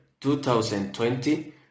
2020